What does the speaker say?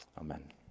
Amen